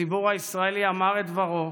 הציבור הישראלי אמר את דברו.